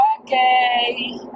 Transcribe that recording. okay